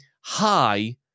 high